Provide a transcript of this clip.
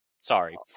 sorry